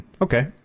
Okay